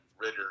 Ritter